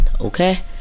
Okay